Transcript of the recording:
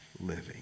living